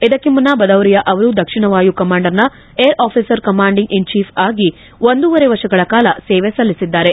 ಇದಕ್ಕೆ ಮುನ್ನ ಬದೌರಿಯಾ ಅವರು ದಕ್ಷಿಣ ವಾಯು ಕಮಾಂಡ್ನ ಏರ್ ಆಫೀಸರ್ ಕಮಾಂಡಿಂಗ್ ಇನ್ ಚೀಫ್ಆಗಿ ಒಂದೂವರೆ ವರ್ಷಗಳ ಕಾಲ ಸೇವೆ ಸಲ್ಲಿಸಿದ್ದಾರೆ